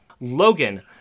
Logan